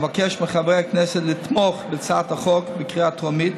אבקש מחברי הכנסת לתמוך בהצעות החוק בקריאה טרומית,